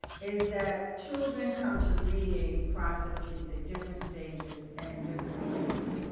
is that children come to reading processes at different stages and in different ways.